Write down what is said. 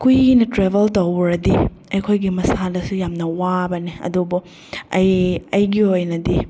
ꯀꯨꯏꯅ ꯇ꯭ꯔꯦꯕꯦꯜ ꯇꯧꯔꯨꯔꯗꯤ ꯑꯩꯈꯣꯏꯒꯤ ꯃꯁꯥꯗꯁꯨ ꯌꯥꯝꯅ ꯋꯥꯕꯅꯤ ꯑꯗꯨꯕꯨ ꯑꯩ ꯑꯩꯒꯤ ꯑꯣꯏꯅꯗꯤ